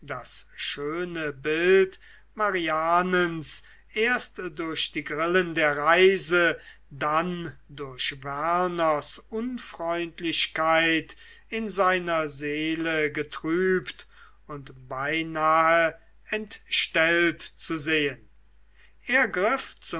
das schöne bild marianens erst durch die grillen der reise dann durch werners unfreundlichkeit in seiner seele getrübt und beinahe entstellt zu sehen er griff